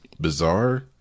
bizarre